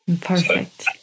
Perfect